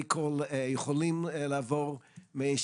כי אנחנו בעצם מכירים גם את יכולות האכיפה שלנו וגם את המקומות